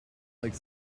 like